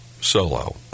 solo